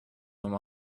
oma